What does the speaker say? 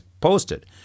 posted